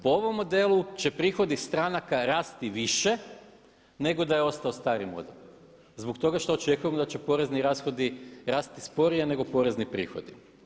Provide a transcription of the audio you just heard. Po ovom modelu će prihodi stranaka rasi više nego da je ostao stari model, zbog toga što očekujemo da će porezni rashodi rasti sporije nego porezni prihodi.